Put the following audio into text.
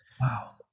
Wow